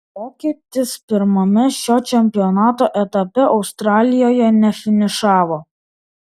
vokietis pirmame šio čempionato etape australijoje nefinišavo